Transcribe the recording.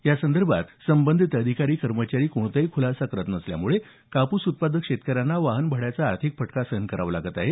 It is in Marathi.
यासंदर्भात संबंधित अधिकारी कर्मचारी कोणताही खुलासा करत नसल्यामुळे कापूस उत्पादक शेतकऱ्यांना वाहन भाड्याचा आर्थिक फटका सहन करावा लागत आहे